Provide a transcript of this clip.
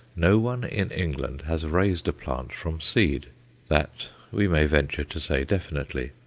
no one in england has raised a plant from seed that we may venture to say definitely.